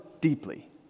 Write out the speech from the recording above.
deeply